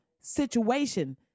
situation